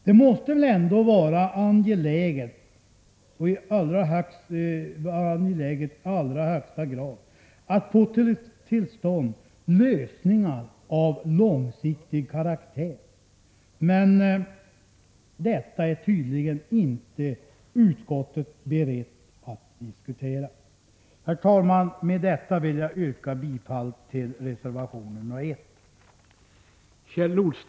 Det måste väl vara i allra högsta grad angeläget att få till stånd lösningar av långsiktig karaktär, men detta är utskottet tydligen inte berett att diskutera. Herr talman! Med detta vill jag yrka bifall till reservation nr 1.